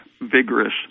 vigorous